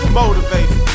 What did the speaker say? motivated